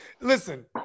listen